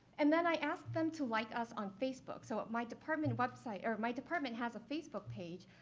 and then i asked them to like us on facebook. so my department website or my department has a facebook page,